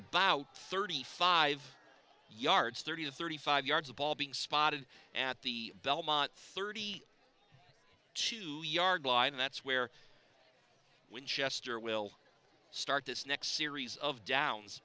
about thirty five yards thirty to thirty five yards a ball being spotted at the belmont thirty two yard line that's where winchester will start this next series of downs